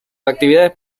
actividades